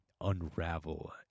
unravel